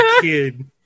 kid